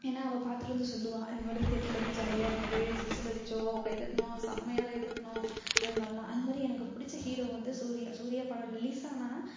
ஏன்னா அவள் பார்த்துட்டு வந்து சொல்லுவாள் இதுமாதிரி தேட்டரில் வந்து ஜாலியாக இருந்தது விசிலடித்தோம் கைத்தட்டினோம் செம்மையா கையை தட்டினோம் அது மாதிரிலாம் அது மாதிரி எனக்கு பிடிச்ச ஹீரோ வந்து சூர்யா சூர்யா படம் ரிலீஸானால்